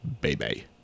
Baby